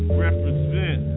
represent